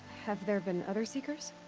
have there been other seekers?